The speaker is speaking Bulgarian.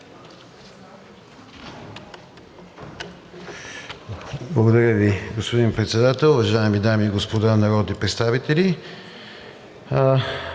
Уважаеми господин Председател, уважаеми дами и господа народни представители!